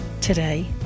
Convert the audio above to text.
today